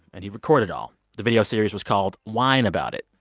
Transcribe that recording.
and he'd record it all. the video series was called whine about it.